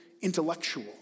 intellectual